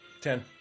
Ten